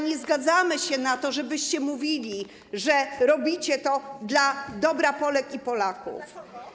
Nie zgadzamy się jednak na to, żebyście mówili, że robicie to dla dobra Polek i Polaków.